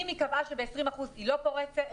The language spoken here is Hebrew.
אם היא קבעה שב-20 אחוזים היא לא פורסת,